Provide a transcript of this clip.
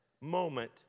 moment